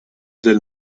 del